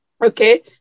Okay